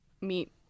meet